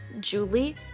Julie